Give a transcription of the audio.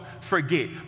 forget